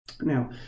Now